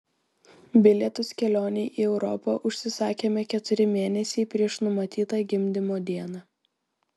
bilietus kelionei į europą užsisakėme keturi mėnesiai prieš numatytą gimdymo dieną